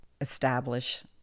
establish